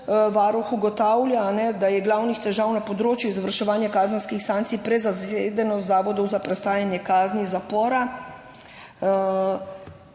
Varuh ugotavlja, da je ena glavnih težav na področju izvrševanja kazenskih sankcij prezasedenost zavodov za prestajanje kazni zapora.